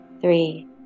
three